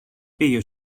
πήγε